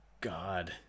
God